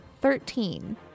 Thirteen